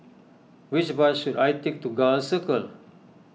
which bus should I take to Gul Circle